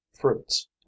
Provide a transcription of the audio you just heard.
fruits